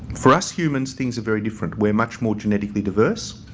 for us humans things are very different. we are much more genetically diverse.